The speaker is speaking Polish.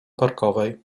parkowej